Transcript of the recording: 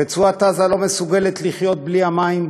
רצועת-עזה לא מסוגלת לחיות בלי המים,